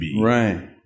right